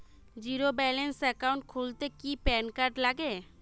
Zero balance account খুলতে কি PAN card লাগে?